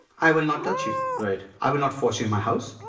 i will not touch you. right. i will not force you in my house.